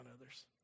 others